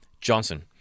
Johnson